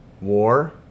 war